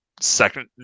Second